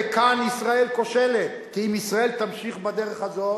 וכאן ישראל כושלת, כי אם ישראל תמשיך בדרך הזאת